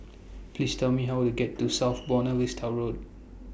Please Tell Me How Would get to South Buona Vista Road